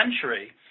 century